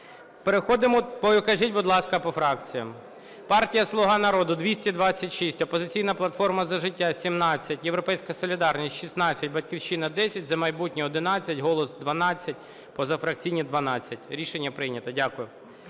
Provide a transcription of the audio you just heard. Переходимо... Покажіть, будь ласка, по фракціям. Партія "Слуга Народу" - 226, "Опозиційна платформа – За життя" – 17, "Європейська солідарність" – 16, "Батьківщина" – 10, "За майбутнє" – 11, "Голос" – 12, позафракційні – 12. Рішення прийнято. Дякую.